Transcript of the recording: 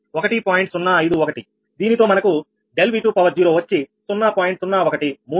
051 దీనితో మనకు ∆V20 వచ్చి 0